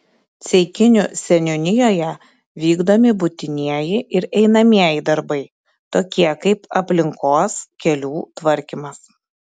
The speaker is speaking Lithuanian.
ceikinių seniūnijoje vykdomi būtinieji ir einamieji darbai tokie kaip aplinkos kelių tvarkymas